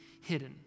hidden